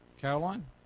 Caroline